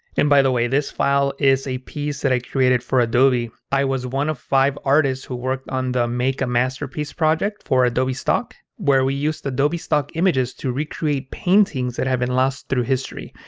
and, by the way, this file is a piece that i created for adobe. i was one of five artists who worked on the make a masterpiece project for adobe stock, where we used adobe stock images to recreate paintings that have been lost through history.